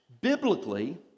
biblically